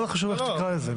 מה זה חשוב איך שתקרא לזה?